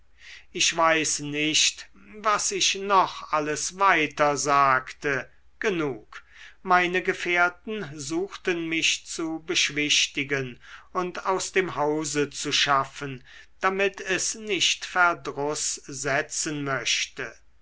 ich weiß nicht was ich noch alles weiter sagte genug meine gefährten suchten mich zu beschwichtigen und aus dem hause zu schaffen damit es nicht verdruß setzen möchte